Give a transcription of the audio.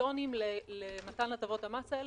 והקריטריונים למתן הטבות המס האלה